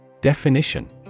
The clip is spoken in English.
Definition